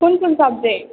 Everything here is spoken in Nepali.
कुन कुन सब्जेक्ट